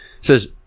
says